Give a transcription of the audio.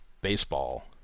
baseball